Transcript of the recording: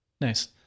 Nice